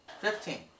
fifteen